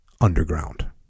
underground